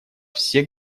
все